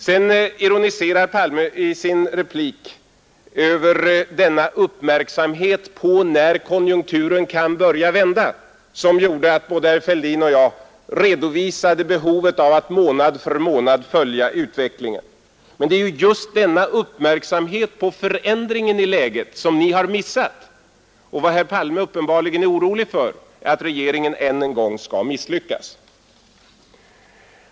Herr Palme ironiserade i sin replik över kravet på uppmärksamhet över konjunkturens utveckling som gjorde att både herr Fälldin och jag redovisade behovet av att månad för månad följa utvecklingen. Men det är ju just denna uppmärksamhet på förändringen i läget som ni har missat, och vad herr Palme uppenbarligen är orolig för är att regeringen än en gång skall misslyckas.